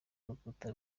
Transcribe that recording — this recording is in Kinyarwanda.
urukuta